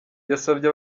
yasabye